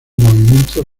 movimiento